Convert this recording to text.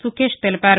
సుకేష్ తెలిపారు